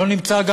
לא נמצא גם,